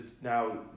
now